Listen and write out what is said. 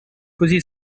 così